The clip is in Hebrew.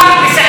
בסכין,